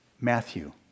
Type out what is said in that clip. Matthew